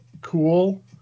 cool